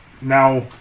now